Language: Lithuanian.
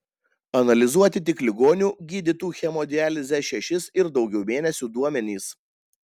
analizuoti tik ligonių gydytų hemodialize šešis ir daugiau mėnesių duomenys